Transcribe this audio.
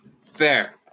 fair